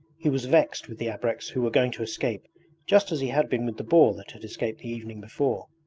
he was vexed with the abreks who were going to escape just as he had been with the boar that had escaped the evening before.